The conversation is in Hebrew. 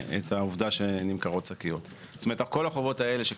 (2) בסעיף קטן (ג) במקום "יקבע" יבוא "רשאי לקבוע".